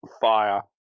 fire